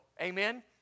Amen